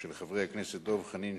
של חברי הכנסת דב חנין,